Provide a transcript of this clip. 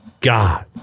God